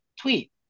tweet